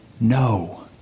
no